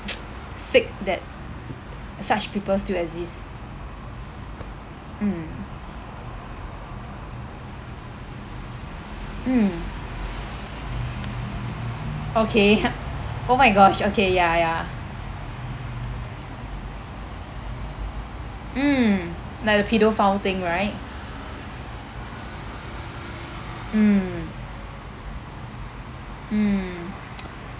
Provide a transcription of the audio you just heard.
sick that such people still exist mm mm okay ha oh my gosh okay ya ya mm like the pedophile thing right mm mm